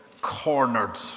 cornered